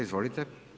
Izvolite.